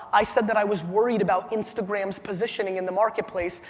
i said that i was worried about instagram's positioning in the marketplace.